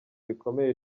rikomeye